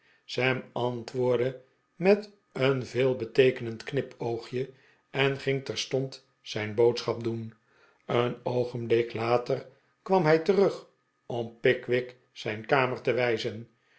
sam antwoordde met een veelbeteekenend knipoogje en ging terstond zijn boodschap doen een oogenblik later kwam hij terug om pickwick zijn kamer te wijzen